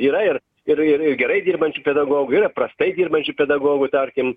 yra ir ir ir gerai dirbančių pedagogų yra prastai dirbančių pedagogų tarkim